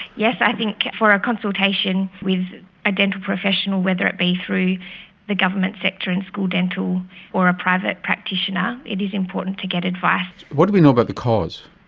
yes, i think for a consultation with a dental professional, whether it be through the government sector in school dental or a private practitioner, it is important to get advice. what do we know about the cause?